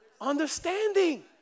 understanding